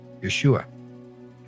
Yeshua